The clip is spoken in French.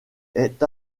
est